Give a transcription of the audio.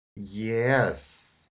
Yes